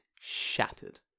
shattered